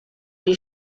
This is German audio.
die